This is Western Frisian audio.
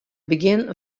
begjin